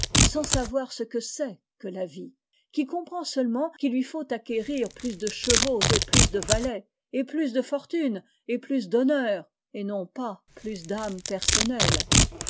sans savoir ce que c'est que la vie qui comprend seulementqu'il lui faut acquérir plus de chevaux et plus de valets et plus de fortune et plus d'honneurs et non pas plus d'âme personnelle